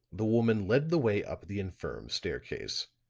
the woman led the way up the infirm staircase.